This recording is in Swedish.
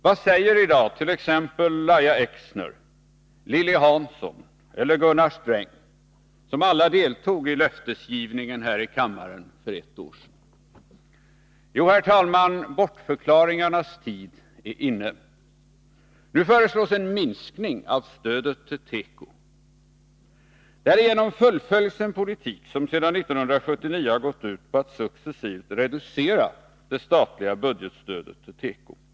Vad säger i dag t.ex. Lahja Exner, Lilly Hansson och Gunnar Sträng, som alla deltog i löftesgivningen här i kammaren för ett år sedan? Jo, herr talman, bortförklaringarnas tid är inne. Nu föreslås en minskning av stödet till tekoindustrin. Därigenom fullföljs en politik som sedan 1979 har gått ut på att successivt reducera det statliga budgetstödet till tekoindustrin.